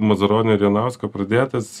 mazuronio ir jonausko pradėtas